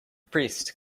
priest